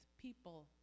people